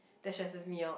destresses me out